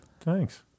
Thanks